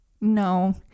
No